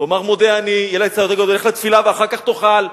תאמר "מודה אני", לך לתפילה ואחר כך תאכל.